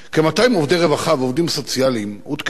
כ-200 עובדי רווחה ועובדים סוציאליים הותקפו